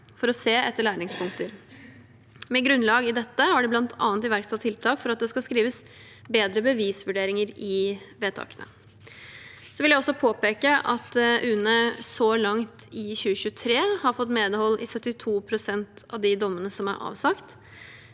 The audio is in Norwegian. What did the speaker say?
for å se etter læringspunkter. Med grunnlag i dette har de bl.a. iverksatt tiltak for at det skal skrives bedre bevisvurderinger i vedtakene. Jeg vil også påpeke at UNE så langt i 2023 har fått medhold i 72 pst. av de dommene som er avsagt,